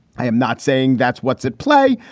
i am not saying that's what's at play.